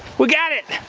we got it!